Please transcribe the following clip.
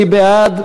מי בעד?